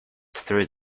through